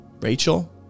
Rachel